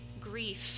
grief